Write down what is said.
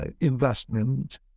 Investment